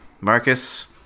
Marcus